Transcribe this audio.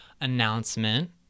announcement